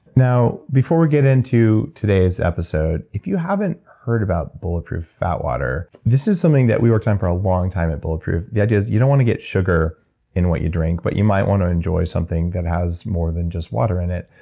before we get into today's episode, if you haven't heard about bulletproof fatwater, this is something that we worked on for a long time at bulletproof. the idea is you don't want to get sugar in what you drink, but you might want to enjoy something that has more than just water in it.